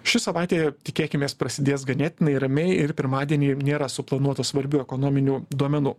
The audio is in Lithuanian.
ši savaitė tikėkimės prasidės ganėtinai ramiai ir pirmadienį nėra suplanuota svarbių ekonominių duomenų